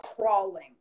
crawling